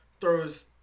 throws